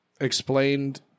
explained